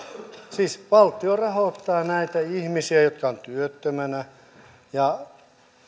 siis valtio rahoittaa näitä ihmisiä jotka ovat työttöminä ja